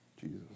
Jesus